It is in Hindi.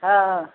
हाँ हाँ